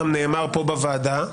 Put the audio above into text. גם נאמר פה בוועדה,